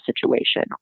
situation